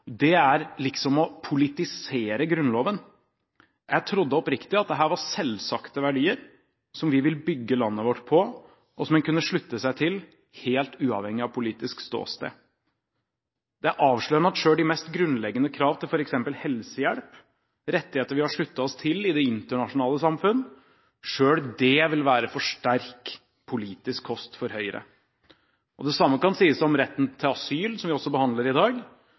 er å politisere Grunnloven. Jeg trodde oppriktig at dette var selvsagte verdier som vi vil bygge landet vårt på, og som en kunne slutte seg til helt uavhengig av politisk ståsted. Det er avslørende at selv de mest grunnleggende krav til f.eks. helsehjelp, rettigheter vi har sluttet oss til i det internasjonale samfunn, vil være for sterk politisk kost for Høyre. Det samme kan sies om retten til asyl, som vi også behandler i dag,